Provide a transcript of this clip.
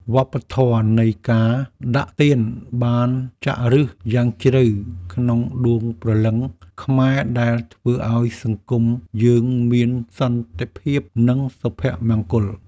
វប្បធម៌នៃការដាក់ទានបានចាក់ឫសយ៉ាងជ្រៅក្នុងដួងព្រលឹងខ្មែរដែលធ្វើឱ្យសង្គមយើងមានសន្តិភាព និងសុភមង្គល។